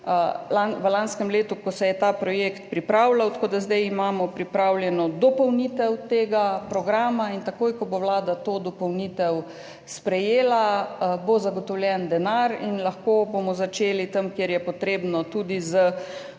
v lanskem letu, ko se je ta projekt pripravljal. Tako da zdaj imamo pripravljeno dopolnitev tega programa in takoj, ko bo Vlada to dopolnitev sprejela, bo zagotovljen denar in bomo lahko začeli tam, kjer je potrebno, tudi z